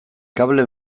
kable